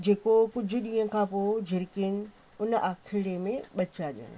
जेको कुझु ॾींहं खां पोइ झिरिकियुनि उन आखेरेअ में ॿच्चा ॼणा